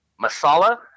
Masala